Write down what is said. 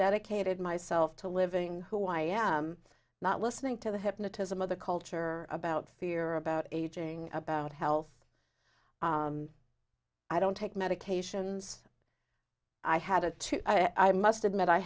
dedicated myself to living who i am not listening to the hypnotism of the culture about fear about aging about health i don't take medications i had a two i must admit i